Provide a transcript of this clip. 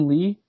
Lee